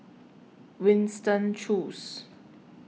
Winston Choos